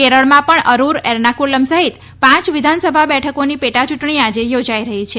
કેરળમાં પણ અરૂર એર્નાકુલમ સહિત પાંચ વિધાનસભા બેઠકોની પેટા યૂંટણી આજે યોજાઇ રહી છે